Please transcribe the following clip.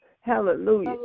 Hallelujah